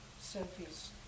Sophie's